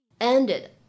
ended